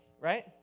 right